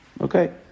Okay